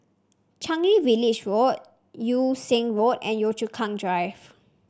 Changi Village Road Yew Siang Road and Yio Chu Kang Drive